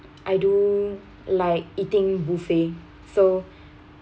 I do like eating buffet so